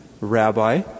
Rabbi